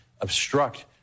obstruct